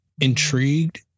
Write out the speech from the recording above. intrigued